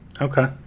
Okay